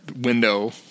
window